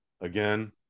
again